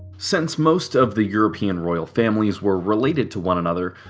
since most of the european royal families were related to one another,